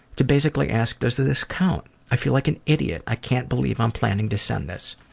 to basically ask, does ah this count? i feel like an idiot. i can't believe i'm planning to send this.